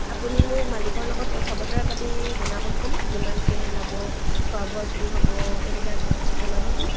আপুনি মোক মালিকৰ লগত কথা বতৰা পাতি জনাবচোন কিমানকে ল'ব খোৱা বোৱা কি হ'ব এইবিলাক জনাবচোন